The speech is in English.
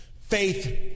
Faith